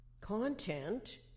content